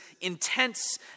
intense